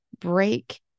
break